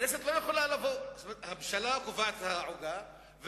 הממשלה קובעת את העוגה,